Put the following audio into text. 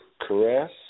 Caress